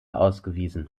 ausgewiesen